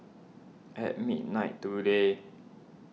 at midnight today